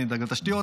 אני אדאג לתשתיות,